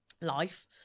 life